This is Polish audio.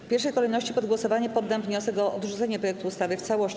W pierwszej kolejności pod głosowanie poddam wniosek o odrzucenie projektu ustawy w całości.